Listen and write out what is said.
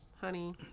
honey